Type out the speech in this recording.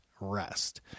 rest